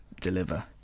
deliver